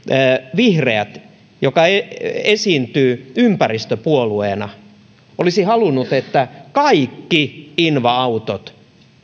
vihreät joka esiintyy ympäristöpuolueena olisi halunnut että kaikki inva autot